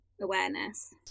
awareness